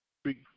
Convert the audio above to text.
speak